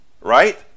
right